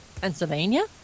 Pennsylvania